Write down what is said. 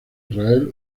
israel